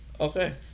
Okay